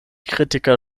kritiker